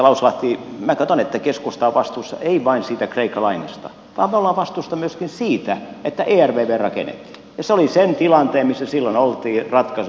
edustaja lauslahti minä katson että keskusta on vastuussa ei vain siitä kreikka lainasta vaan me olemme vastuussa myöskin siitä että ervv rakennettiin ja se oli sen tilanteen missä silloin oltiin ratkaisu